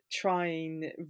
trying